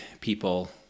people